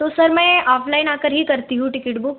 तो सर मैं ऑफ़लाइन आकर ही करती हूँ टिकेट बुक